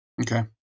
okay